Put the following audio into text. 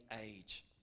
age